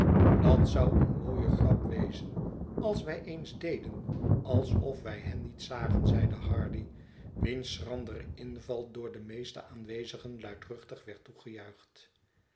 dat zou eene mooie grap wezen als wij eens deden alsof wij hen niet zagen zeide hardy wiens schrandere inval door de meeste aanwezigen luidruchtig